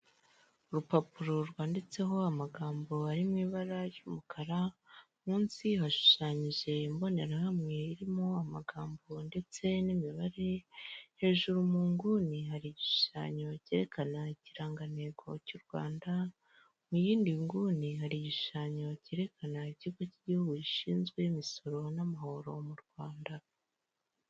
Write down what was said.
Urupapuro rwanditseho amagambo ari mu ibara ry'umukara, munsi hashushanyije imbonerahamwe irimo amagambo ndetse n'imibare, hejuru mu nguni hari igishushanyo cyerekana ikirangantego cy'u Rwanda, mu yindi nguni hari igishushanyo cyerekana ikigo cy'igihugu gishinzwe imisoro n'amahoro mu Rwanda.